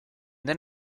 then